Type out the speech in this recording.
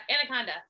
anaconda